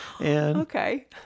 Okay